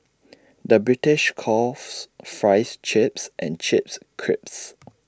the British coughs Fries Chips and chips creeps